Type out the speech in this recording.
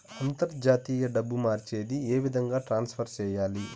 అంతర్జాతీయ డబ్బు మార్చేది? ఏ విధంగా ట్రాన్స్ఫర్ సేయాలి?